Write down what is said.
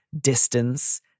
distance